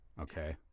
Okay